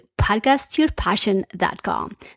podcastyourpassion.com